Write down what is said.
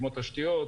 כמו תשתיות,